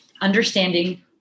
understanding